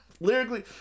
lyrically